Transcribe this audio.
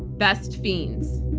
best fiends.